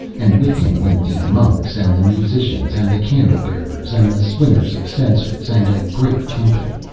and with him went the monks and the musicians, and the candle-bearers, and the swingers of censers, and a great company.